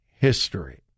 history